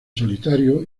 solitario